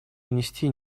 внести